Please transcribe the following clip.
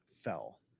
fell